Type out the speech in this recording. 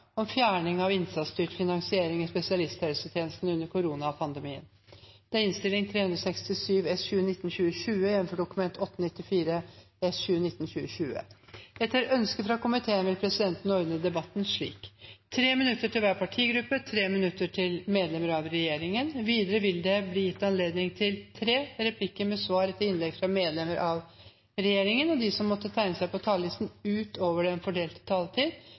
om ordet i sak nr. 12. Etter ønske fra kommunal- og forvaltningskomiteen vil presidenten ordne debatten slik: 3 minutter til hver partigruppe og 3 minutter til medlemmer av regjeringen. Videre vil det bli gitt anledning til tre replikker med svar etter innlegg fra medlemmer av regjeringen, og de som måtte tegne seg på talerlisten utover den fordelte taletid,